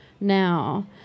now